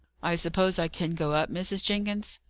i suppose i can go up, mrs. jenkins?